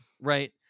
right